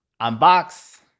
Unbox